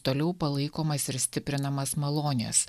toliau palaikomas ir stiprinamas malonės